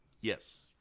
Yes